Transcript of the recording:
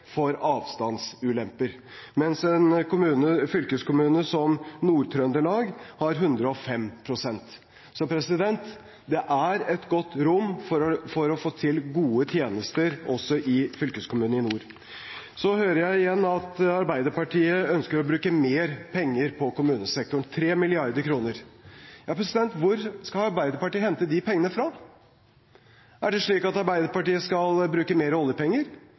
for avstandsulemper. En fylkeskommune som Nord-Trøndelag har 105 pst. Det er godt rom for å få til gode tjenester også i fylkeskommunene i nord. Så hører jeg igjen at Arbeiderpartiet ønsker å bruke mer penger på kommunesektoren – 3 mrd. kr. Hvor skal Arbeiderpartiet hente de pengene fra? Er det slik at Arbeiderpartiet skal bruke mer oljepenger,